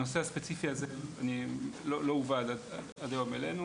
הנושא הספציפי הזה לא הובא עד היום אלינו